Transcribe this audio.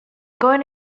going